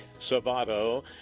Savato